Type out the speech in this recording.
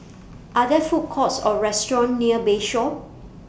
Are There Food Courts Or restaurants near Bayshore